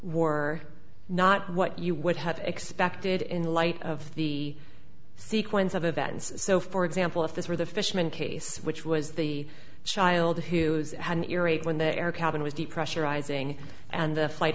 were not what you would have expected in light of the sequence of events so for example if this were the fishman case which was the child who had an earache when their cabin was depressurizing and the flight